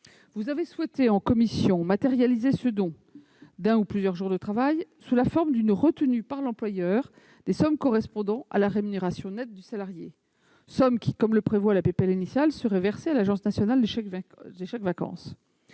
Vous avez souhaité, en commission, matérialiser ce don d'un ou plusieurs jours de travail sous la forme d'une retenue par l'employeur des sommes correspondant à la rémunération nette du salarié, sommes qui, comme le prévoit la proposition de loi initiale, seraient versées à l'Agence nationale pour les chèques-vacances